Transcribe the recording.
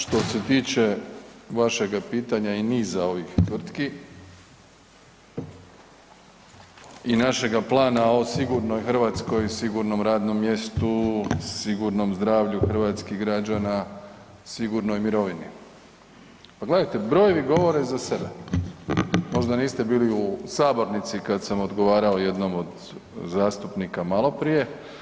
Što se tiče vašega pitanja i niza ovih tvrtki i našega plana o sigurnoj Hrvatskoj i sigurnom radnom mjestu, sigurnom zdravlju hrvatskih građana, sigurnoj mirovini, pa gledajte brojevi govore za sebe, možda niste bili u sabornici kad sam odgovarao jednom od zastupnika maloprije.